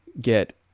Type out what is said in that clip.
get